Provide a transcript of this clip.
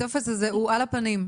הטופס הזה הוא על הפנים,